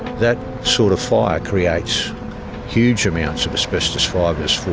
that sort of fire creates huge amounts of asbestos fibres,